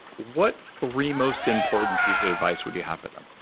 what three most important pieces of advice would you have for them?